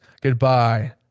goodbye